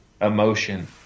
emotion